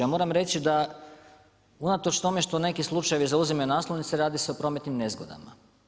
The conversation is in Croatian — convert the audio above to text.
Ja moram reći da unatoč tome što neki slučajevi zauzimaju naslovnice, radi se o prometnim nezgodama.